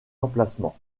emplacements